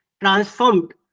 transformed